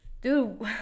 dude